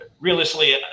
realistically